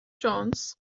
jones